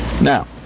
Now